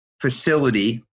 facility